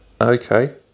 Okay